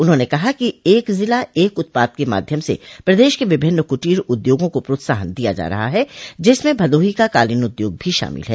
उन्होंने कहा कि एक जिला एक उत्पाद के माध्यम से प्रदेश के विभिन्न कुटीर उद्योगों को प्रोत्साहन दिया जा रहा है जिसमें भदोही का कालीन उद्योग भी शामिल है